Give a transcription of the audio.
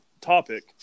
topic